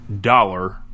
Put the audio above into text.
dollar